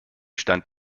stand